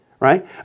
Right